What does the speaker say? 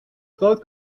groot